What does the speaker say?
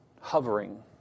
hovering